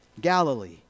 Galilee